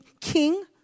king